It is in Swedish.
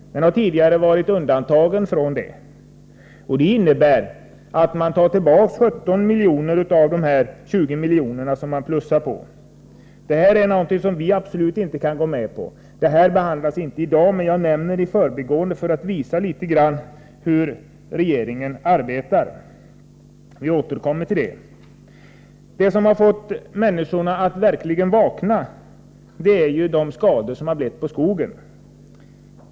Den har tidigare varit undantagen från moms. Det innebär att 17 milj.kr. av dessa påplussade 20 milj.kr. tas tillbaka. Det här är någonting som vi absolut inte kan gå med på. Det här behandlas inte i dag, men jag nämner det i förbigående för att litet grand visa hur regeringen arbetar — vi återkommer till det. Det som har fått människorna att verkligen vakna är de skador som försurningen har åstadkommit på skogen.